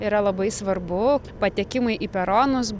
yra labai svarbu patekimai į peronus